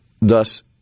thus